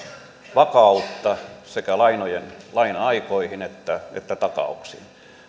vakautta sekä laina aikoihin että takauksiin